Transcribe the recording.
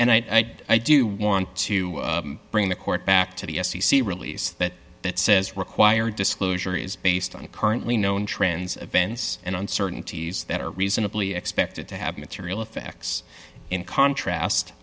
and i i do want to bring the court back to the f c c release that that says require disclosure is based on currently known trends events and uncertainties that are reasonably expected to have material effects in contrast